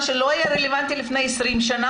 מה שלא היה רלוונטי לפני 20 שנה,